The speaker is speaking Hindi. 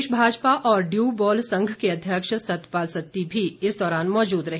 प्रदेश भाजपा और ड्यू बॉल संघ के अध्यक्ष सतपाल सत्ती भी इस दौरान मौजूद रहे